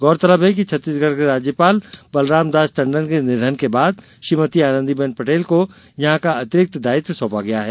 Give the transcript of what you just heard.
गौरतलब है कि छत्तीसगढ़ के राज्यपाल बलराम दास टंडन के निधन के बाद श्रीमती आनंदी बेन पटेल को यहां का अतिरिक्त दायित्व सौंपा गया है